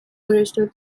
original